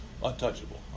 Untouchable